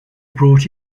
brought